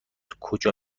کجا